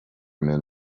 men